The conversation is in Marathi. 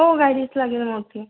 हो गाडीच लागेल मोठी